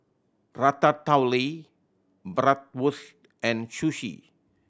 Ratatouille Bratwurst and Sushi